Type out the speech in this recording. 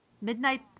Midnight